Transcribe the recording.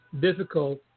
difficult